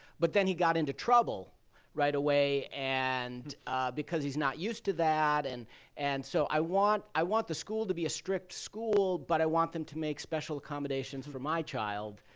but then he got into trouble right away and because he's not used to that, and and so i want i want the school to be a strict school, but i want them to make special accommodations for my child,